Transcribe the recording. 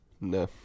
No